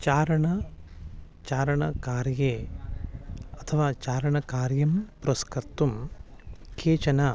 चारणं चारणकार्ये अथवा चारणकार्यं पुरस्कर्तुं केचन